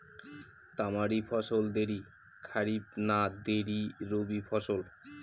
তামারি ফসল দেরী খরিফ না দেরী রবি ফসল?